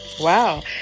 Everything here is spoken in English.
wow